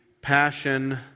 passion